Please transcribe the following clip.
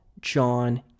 John